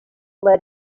let